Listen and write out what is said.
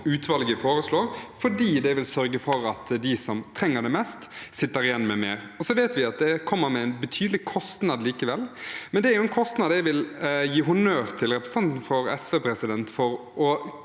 utvalget foreslår, fordi det vil sørge for at de som trenger det mest, sitter igjen med mer. Vi vet at det likevel kommer med en betydelig kostnad, men det er en kostnad jeg vil gi honnør til representanten for SV for å